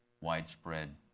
widespread